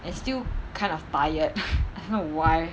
and still kind of tired I don't know why